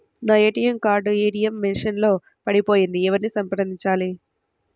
నా ATM card ATM machine లో పడిపోయింది ఎవరిని సంప్రదించాలి?